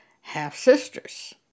half-sisters